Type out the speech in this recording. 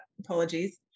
apologies